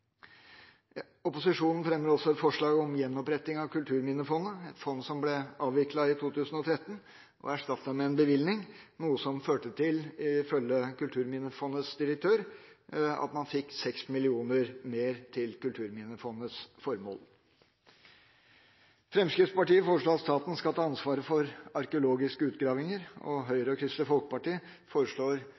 Opposisjonen fremmer også et forslag om gjenoppretting av Kulturminnefondet, et fond som ble avviklet i 2013 og erstattet med en bevilgning. Det førte til, ifølge Kulturminnefondets direktør, at man fikk 6 mill. kr mer til Kulturminnefondets formål. Fremskrittspartiet foreslår at staten skal ta ansvaret for arkeologiske utgravinger, og Høyre og Kristelig Folkeparti foreslår